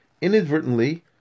Inadvertently